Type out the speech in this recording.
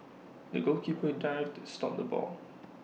the goalkeeper dived to stop the ball